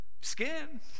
skin